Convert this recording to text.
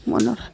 মনত